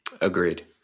Agreed